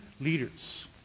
leaders